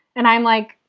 and i'm like,